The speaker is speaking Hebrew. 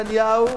נתניהו